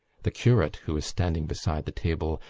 the curate, who was standing beside the table,